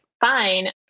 fine